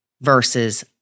versus